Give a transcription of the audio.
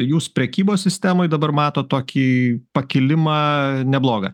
jūs prekybos sistemoj dabar matot tokį pakilimą aa neblogą